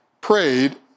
prayed